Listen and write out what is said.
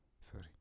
sorry